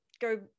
go